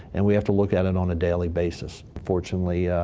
and we have to look at it on a daily basis. fortunately, ah,